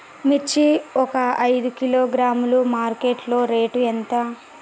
మిర్చి ఒక ఐదు కిలోగ్రాముల మార్కెట్ లో రేటు ఎంత?